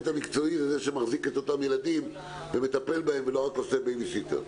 המקצועי הוא זה שמחזיק את הילדים ולא רק עושה בייביסיטר.